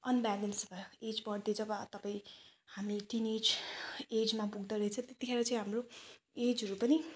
unbalance भयो age बढ्दै जब तपाईँ हामी टिनेज एजमा पुग्दो रहेछ त्यतिखेर चाहिँ हाम्रो एजहरू पनि